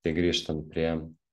tai grįžtant prie